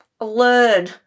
learn